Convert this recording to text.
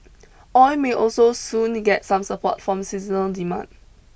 oil may also soon get some support from seasonal demand